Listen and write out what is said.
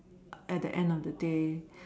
at the end of the day